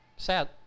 sad